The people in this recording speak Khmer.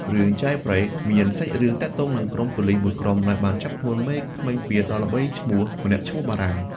រឿង "Jailbreak" មានសាច់រឿងទាក់ទងនឹងក្រុមប៉ូលិសមួយក្រុមដែលបានចាប់ខ្លួនមេក្មេងពាលដ៏ល្បីឈ្មោះម្នាក់ឈ្មោះបារាំង។